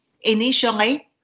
initially